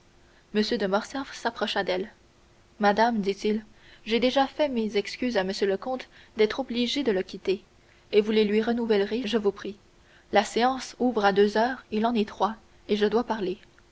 de morcerf s'approcha d'elle madame dit-il j'ai déjà fait mes excuses à m le comte d'être obligé de le quitter et vous les lui renouvellerez je vous prie la séance ouvre à deux heures il en est trois et je dois parler